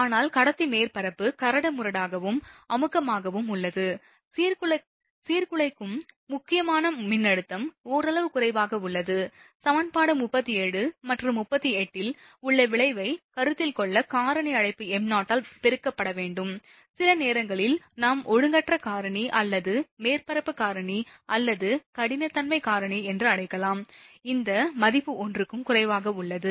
ஆனால் கடத்தி மேற்பரப்பு கரடுமுரடாகவும் அழுக்காகவும் உள்ளது சீர்குலைக்கும் முக்கியமான மின்னழுத்தம் ஓரளவு குறைவாக உள்ளது சமன்பாடு 37 மற்றும் 38 இல் உள்ள விளைவை கருத்தில் கொள்ள காரணி அழைப்பு m0 ஆல் பெருக்கப்பட வேண்டும் சில நேரங்களில் நாம் ஒழுங்கற்ற காரணி அல்லது மேற்பரப்பு காரணி அல்லது கடினத்தன்மை காரணி என்று அழைக்கிறோம் இந்த மதிப்பு 1 க்கும் குறைவாக இருக்கும்